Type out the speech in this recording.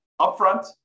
upfront